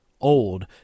old